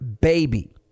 baby